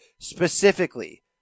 specifically